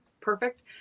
perfect